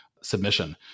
submission